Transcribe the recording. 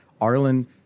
Arlen